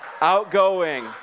outgoing